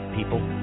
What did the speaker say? People